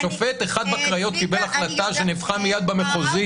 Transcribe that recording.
שופט אחד בקריות קיבל החלטה שנהפכה מייד במחוזי,